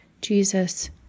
Jesus